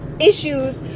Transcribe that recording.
issues